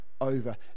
over